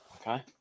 okay